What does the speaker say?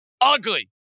ugly